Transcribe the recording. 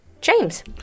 james